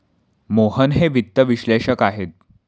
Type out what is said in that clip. मोहन हे वित्त विश्लेषक आहेत